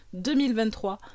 2023